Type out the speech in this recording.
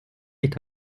est